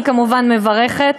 אני כמובן מברכת.